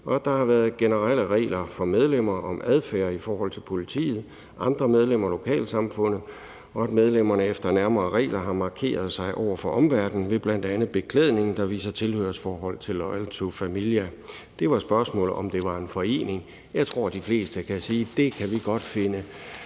at der har været generelle regler for medlemmerne om adfærd i forhold til politiet, andre medlemmer og lokalsamfundet, og at medlemmerne efter nærmere regler har markeret sig over for omverdenen ved bl.a. beklædning, der viser tilhørsforhold til Loyal to Familia.« Det var spørgsmålet om, om det var en forening. Jeg tror, at de fleste kan sige, at de godt kan finde